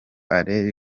alain